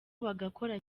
bagakora